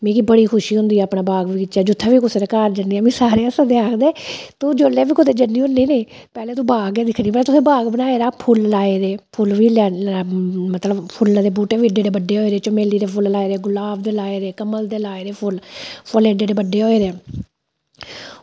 मिगी बड़ी खुशी होंदी बाग बगीचा दी जित्थें बी कुसै दे घर जन्नी आं ना मिगी सारे आक्खदे की तू जिसलै बी कुदै जन्नी होनी ना पैह्लें बाग दिक्खनी की जेह्ड़े फुल्ल लाये दे फुल्लै दे बूह्टे बी एड्डे बड्डे होये दे ते ओह्दे ई गुलाब दे लाये कमल दे लाये दे फुल्ल एड्डे बड्डे होये दे